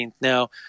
Now